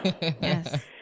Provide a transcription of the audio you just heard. Yes